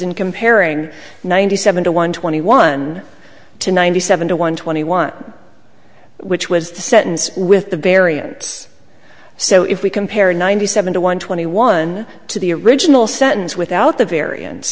in comparing ninety seven to one twenty one to ninety seven to one twenty one which was the sentence with the variance so if we compare ninety seven to one twenty one to the original sentence without the v